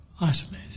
isolated